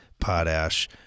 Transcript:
potash